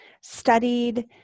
studied